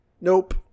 nope